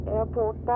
Airport